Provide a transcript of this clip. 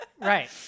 right